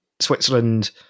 Switzerland